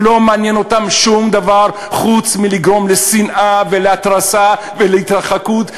לא מעניין אותם שום דבר חוץ מלגרום לשנאה ולהתרסה ולהתרחקות,